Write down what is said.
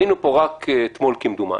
היינו פה רק אתמול, כמדומני,